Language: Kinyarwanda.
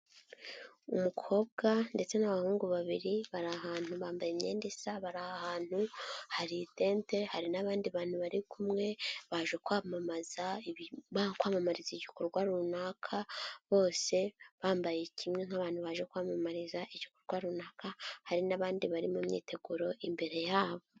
Umukobwa ndetse n'abahungu babiri bari ahantu bambaye imyenda isa bari ahantu hari itente, Hari n'abandi bantu bari kumwe baje kwamamaza, kwamamariza igikorwa runaka bose bambaye kimwe nk'abantu baje kwamamariza igikorwa runaka hari n'abandi bari mu myiteguro imbere yabo.